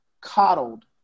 coddled